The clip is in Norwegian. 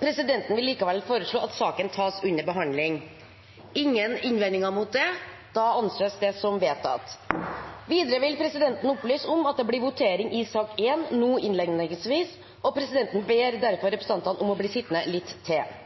Presidenten vil likevel foreslå at saken tas under behandling. – Ingen innvendinger er kommet mot dette, og det anses vedtatt. Videre vil presidenten opplyse om at det blir votering i sak nr. 1 nå innledningsvis, og presidenten ber derfor representantene om å bli sittende litt til.